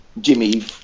Jimmy